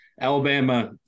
Alabama